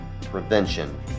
prevention